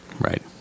Right